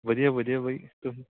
ਵਧੀਆ ਵਧੀਆ ਬਾਈ ਤੁਸੀਂ